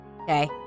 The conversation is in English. okay